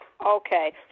Okay